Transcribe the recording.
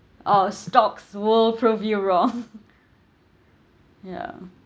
uh stocks will prove you wrong ya